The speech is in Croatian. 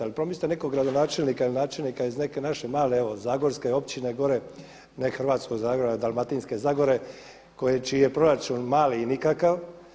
Ali promislite nekog gradonačelnika ili načelnika iz neke naše male evo zagorske općine gore, Hrvatskog zagorja ili Dalmatinske zagore čiji je proračun mali i nikakav.